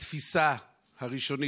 התפיסה הראשונית,